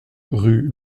rue